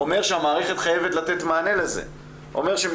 אומר שהמערכת חייבת לתת מענה לזה,